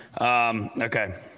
Okay